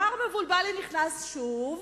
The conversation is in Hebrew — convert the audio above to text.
מר מבולבלי נכנס שוב,